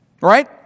Right